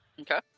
okay